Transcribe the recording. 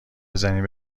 بزنین